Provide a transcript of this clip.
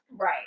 Right